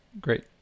great